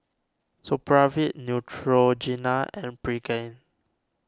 Supravit Neutrogena and Pregain